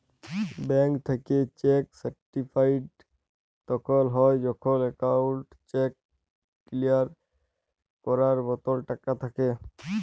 bank থ্যাইকে cheque certified তখল হ্যয় যখল একাউল্টে চ্যাক কিলিয়ার ক্যরার মতল টাকা থ্যাকে